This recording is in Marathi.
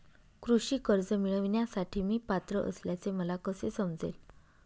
कृषी कर्ज मिळविण्यासाठी मी पात्र असल्याचे मला कसे समजेल?